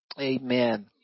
amen